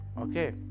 Okay